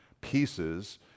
pieces